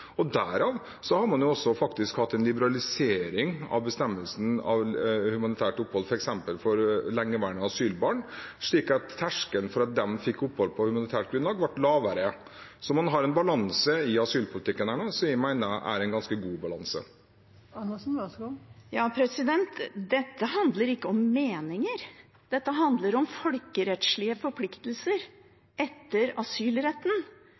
har man faktisk hatt en liberalisering av bestemmelsen om humanitært opphold, f.eks. for lengeværende asylbarn, slik at terskelen for at de fikk opphold på humanitært grunnlag, ble lavere. Man har en balanse i asylpolitikken nå som jeg mener er ganske god. Dette handler ikke om meninger, det handler om folkerettslige forpliktelser etter asylretten.